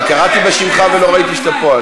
אני קראתי בשמך ולא ראיתי שאתה פה.